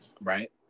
Right